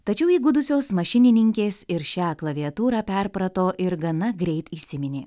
tačiau įgudusios mašininkės ir šią klaviatūrą perprato ir gana greit įsiminė